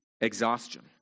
exhaustion